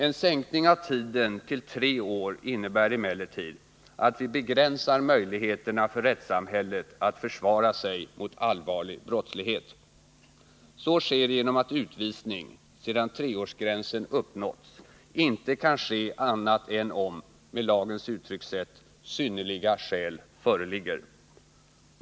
En sänkning av tiden till tre år innebär emellertid att vi begränsar möjligheterna för rättssamhället att försvara sig mot allvarlig brottslighet. Så sker genom att utvisning, sedan treårsgränsen uppnåtts, inte kan förekomma annat än om — med lagens uttryckssätt — synnerliga skäl föreligger.